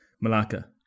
Malacca